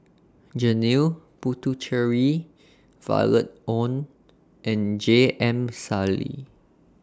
Janil Puthucheary Violet Oon and J M Sali